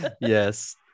yes